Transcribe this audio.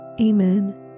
Amen